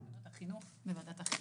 תקנות החינוך בוועדת החינוך.